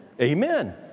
Amen